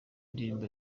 indirimbo